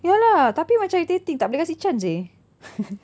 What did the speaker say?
ya lah tapi macam irritating tak boleh kasih chance seh